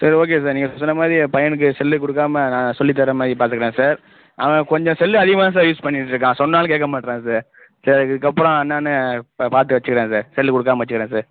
சரி okay sir நீங்கள் சொன்ன மாதிரி என் பையனுக்கு செல்லே கொடுக்காம நான் சொல்லித் தரமாதிரி பார்த்துக்குறேன் சார் அவன் கொஞ்சம் செல்லு அதிகமாக தான் சார் யூஸ் பண்ணிகிட்டு இருக்கான் சொன்னாலும் கேட்கமாட்றான் சார் சார் இதுக்கப்புறம் என்னென்னு பார்த்து வச்சுக்கிறேன் சார் செல்லு கொடுக்காம வச்சுக்கிறேன் சார்